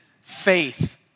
faith